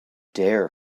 dare